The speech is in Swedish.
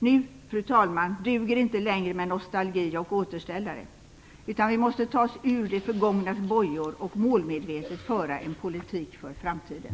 Nu, fru talman, duger det inte längre med nostalgi och återställare, utan vi måste ta oss ur det förgångnas bojor och målmedvetet föra en politik för framtiden.